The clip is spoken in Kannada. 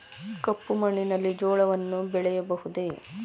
ಕಪ್ಪು ಮಣ್ಣಿನಲ್ಲಿ ಜೋಳವನ್ನು ಬೆಳೆಯಬಹುದೇ?